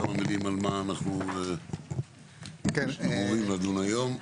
כמה מילים על מה אנחנו אמורים לדון היום.